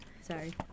Sorry